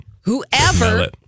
Whoever